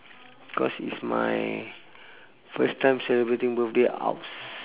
cause it' my first time celebrating birthday outs~